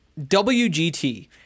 WGT